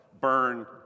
burn